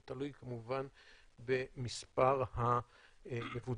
זה תלוי כמובן במספר המבודדים.